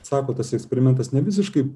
sako tas eksperimentas nevisiškai